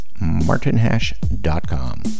martinhash.com